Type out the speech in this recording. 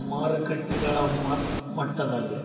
ಮಾರಕಟ್ಟೆಗಳ ಮಟ್ಟದಲ್ಲೆ